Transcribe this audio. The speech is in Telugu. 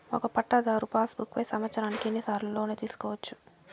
ఒక పట్టాధారు పాస్ బుక్ పై సంవత్సరానికి ఎన్ని సార్లు లోను తీసుకోవచ్చు?